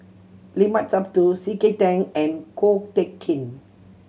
Limat Sabtu C K Tang and Ko Teck Kin